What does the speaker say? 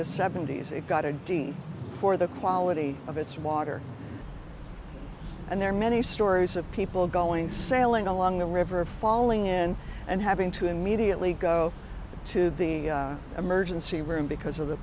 the seventy's it got a d for the quality of its water and there are many stories of people going sailing along the river falling in and having to immediately go to the emergency room because of the